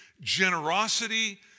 generosity